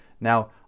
Now